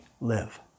live